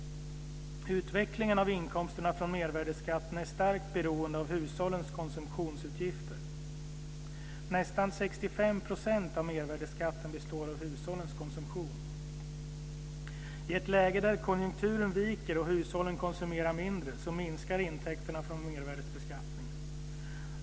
Utvecklingen av inkomsterna från mervärdesskatten är starkt beroende av hushållens konsumtionsutgifter. Nästan 65 % av mervärdesskatten består av hushållens konsumtion. I ett läge där konjunkturen viker och hushållen konsumerar mindre minskar intäkterna från mervärdesbeskattningen.